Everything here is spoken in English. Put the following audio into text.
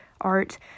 art